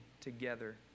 together